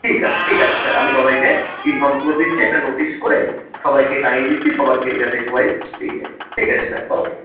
ঠিক আছে ঠিক আছে স্যার আমি সবাইকে ইনফর্ম করে দিচ্ছি একটা নোটিশ করে সবাইকে টাঙ্গিয়ে দিচ্ছি সবাইকে যাতে সবাই পেয়ে যায় ঠিক আছে স্যার ওকে